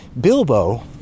Bilbo